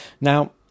Now